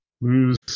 lose